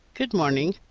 good-morning.